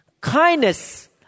Kindness